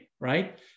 right